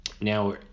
Now